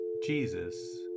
Jesus